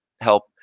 help